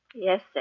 Yes